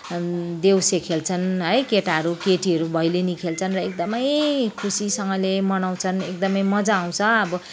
देउसी खेल्छन् है केटाहरू केटीहरू भैलिनी खेल्छन् र एकदमै खुसीसँगले मनाउँछन् एकदमै मज्जा आउँछ अब